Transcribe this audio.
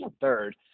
third